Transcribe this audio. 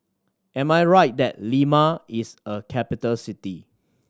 am I right that Lima is a capital city